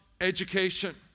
education